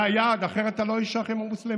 זה היעד, אחרת אתה לא איש האחים המוסלמים.